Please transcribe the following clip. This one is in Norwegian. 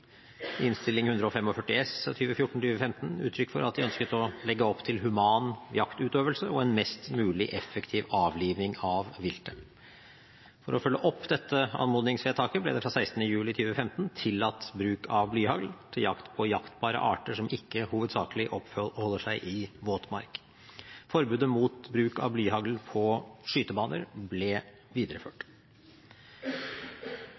S for 2014–2015 uttrykk for at de ønsket å legge opp til human jaktutøvelse og en mest mulig effektiv avliving av viltet. For å følge opp dette anmodningsvedtaket ble det fra 16. juli 2015 tillatt bruk av blyhagl til jakt på jaktbare arter som ikke hovedsakelig oppholder seg i våtmark. Forbudet mot bruk av blyhagl på skytebaner ble videreført.